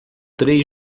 três